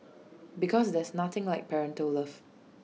because there's nothing like parental love